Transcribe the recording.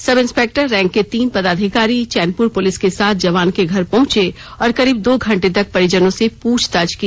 सब inspector rank के तीन पदाधिकारी चौनपुर पुलिस के साथ जवान के घर पहुंचे और करीब दो घंटे तक परिजनों से पूछताछ की